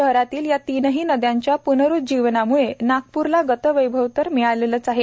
शहरातील या तिन्ही नद्यांच्या प्नरूज्जीवनाम्ळे नागपूरला गतवैभव तर मिळाले आहे